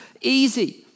easy